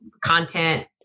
content